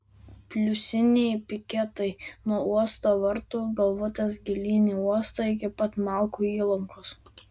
pliusiniai piketai nuo uosto vartų galvutės gilyn į uostą iki pat malkų įlankos